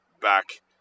back